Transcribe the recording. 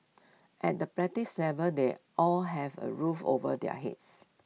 at the practice level they all have A roof over their heads